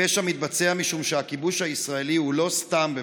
הפשע מתבצע משום שהכיבוש הישראלי הוא לא 'סתם'",